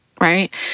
right